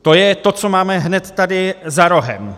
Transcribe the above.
To je to, co máme hned tady za rohem.